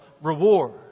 reward